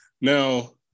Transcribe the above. Now